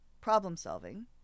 problem-solving